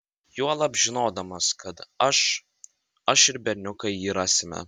juolab žinodamas kad aš aš ir berniukai jį rasime